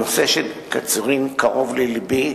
הנושא של קצרין קרוב ללבי,